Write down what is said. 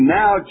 now